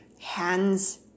hands